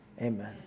amen